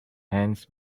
hands